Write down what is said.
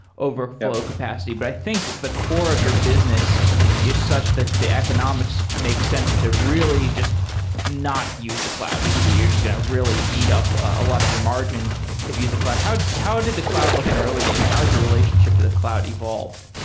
overflow capacity, but i think the core of your business is such that the economics make sense to really just not use the cloud, because you're just going to really eat up a lot of your margin if you use a cloud. how did how did the cloud look in the early days, and how is your relationship to the cloud evolved?